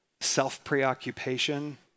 self-preoccupation